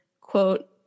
quote